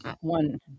one